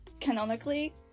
canonically